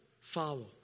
follow